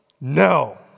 No